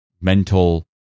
mental